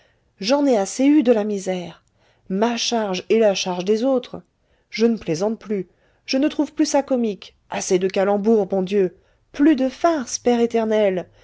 j'en ai assez eu de la misère ma charge et la charge des autres je ne plaisante plus je ne trouve plus ça comique assez de calembours bon dieu plus de farces père éternel